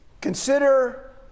Consider